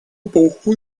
эпоху